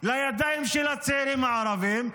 לידיים של הצעירים הערבים,